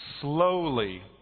slowly